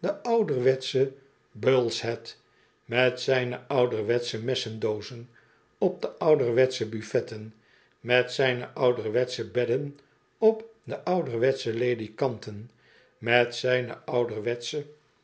de ouderwetsche bulls head met zijne ouderwetsche messen doozen op de ouderwetsche buffetten met zijne ouderwetsche bedden op de ouderwetsche ledikanten met zijne ouderwetsche